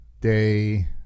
Day